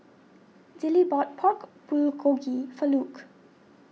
Dillie bought Pork Bulgogi for Luke